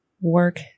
work